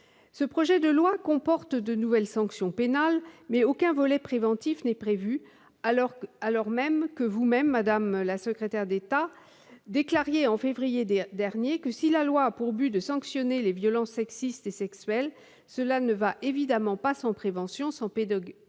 Ce projet de loi comporte de nouvelles sanctions pénales, mais aucun volet préventif, alors même que vous-même, madame la secrétaire d'État, déclariez en février dernier que si la loi « a pour but de sanctionner les violences sexistes et sexuelles, cela ne va évidemment pas sans prévention, sans pédagogie